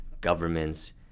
governments